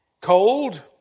cold